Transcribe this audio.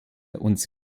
uns